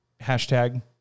hashtag